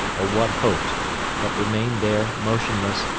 or what hoped but remained there, motionless,